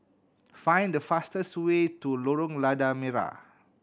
find the fastest way to Lorong Lada Merah